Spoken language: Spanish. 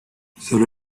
sobre